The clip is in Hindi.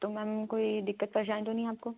तो मैम कोई दिक्कत परेशानी तो नहीं आपको